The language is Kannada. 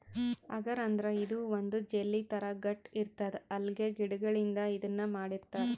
ಅಗರ್ ಅಂದ್ರ ಇದು ಒಂದ್ ಜೆಲ್ಲಿ ಥರಾ ಗಟ್ಟ್ ಇರ್ತದ್ ಅಲ್ಗೆ ಗಿಡಗಳಿಂದ್ ಇದನ್ನ್ ಮಾಡಿರ್ತರ್